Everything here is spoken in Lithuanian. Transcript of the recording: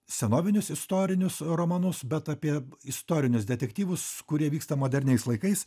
senovinius istorinius romanus bet apie istorinius detektyvus kurie vyksta moderniais laikais